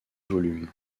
volume